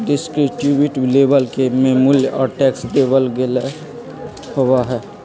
descriptive label में मूल्य और टैक्स देवल गयल होबा हई